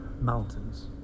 mountains